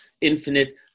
infinite